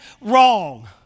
wrong